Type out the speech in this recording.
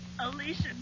Alicia